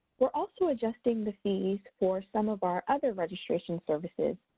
we're also adjusting the fees for some of our other registration services.